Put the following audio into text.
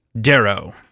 Darrow